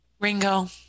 Ringo